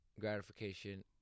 gratification